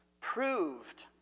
proved